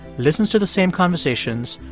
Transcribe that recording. listens to the same conversations,